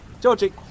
Georgie